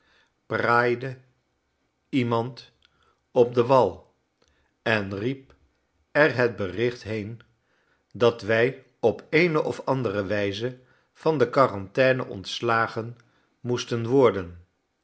praaide iemand op den wal en riep erhetbericht heen dat wij op eene of andere wijze van de quarantaine ontslagen moesten worden